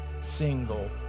single